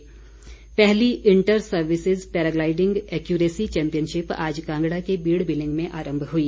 paragliding पहली inter services paragliding accuracy championship आज कांगड़ा के बीड बिलिंग में आरम्भ हुई